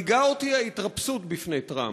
מדאיגה אותי ההתרפסות בפני טראמפ.